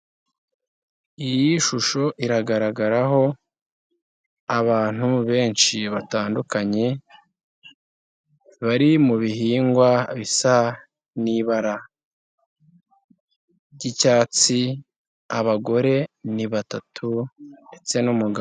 Iyi shusho iragaragaraho abantu benshi batandukanye, bari mu bihingwa bisa n'ibara ry'icyatsi, abagore ni batatu ndetse n'umugabo umwe.